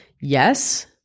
Yes